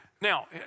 Now